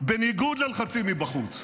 בניגוד ללחצים מבחוץ.